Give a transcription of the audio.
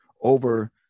over